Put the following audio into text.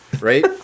right